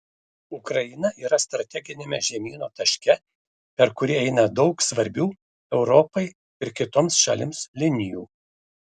ukraina yra strateginiame žemyno taške per kurį eina daug svarbių europai ir kitoms šalims linijų